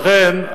לכן,